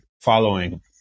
following